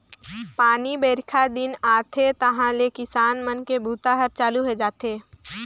पानी बाईरखा दिन आथे तहाँले किसान मन के बूता हर चालू होए जाथे